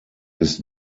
ist